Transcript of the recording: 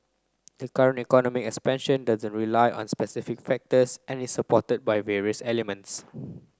the current economy expansion doesn't rely on specific factors and is supported by various elements